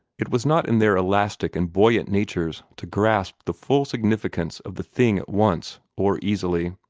it was not in their elastic and buoyant natures to grasp the full significance of the thing at once, or easily.